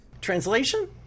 translation